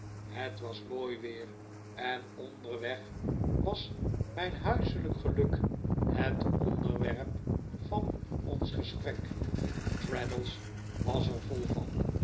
het was mooi weer en onderweg was mijn huiselijk geluk het onderwerp van ons gesprek traddles was er vol van